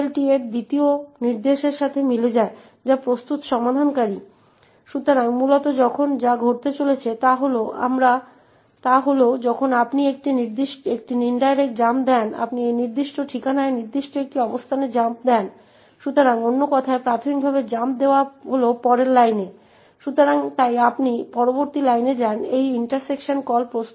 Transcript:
এটিকে বিচ্ছিন্ন করা যাক এবং নোট করুন যে প্রিন্টএফ এর জন্য কলটি যা এই printf user string এই অবস্থানে উপস্থিত রয়েছে এবং সংলগ্ন অবস্থান হল 0804850c যা printf থেকে রিটার্ন এড্রেস